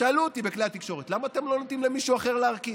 שאלו אותי בכלי התקשורת: למה אתם לא נותנים למישהו אחר להרכיב?